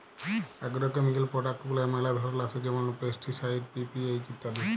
agrochemical product গুলার ম্যালা ধরল আসে যেমল পেস্টিসাইড, পি.পি.এইচ ইত্যাদি